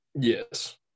Yes